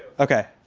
okay.